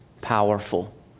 powerful